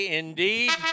indeed